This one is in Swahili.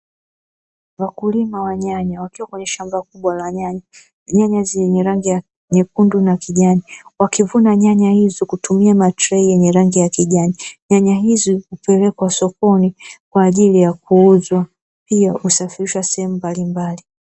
Wakulima wa nyanya wakiwa kwenye shamba kubwa la nyanya. Nyanya zenye rangi zenye rangi nyekundu na kijani, wakivuna nyanya hizo kutumia matrei yenye rangi ya kijani. Nyanya hizi hupelekwa sokoni kwa ajili ya kuuzwa, pia husafirishwa sehemu mbalimbali .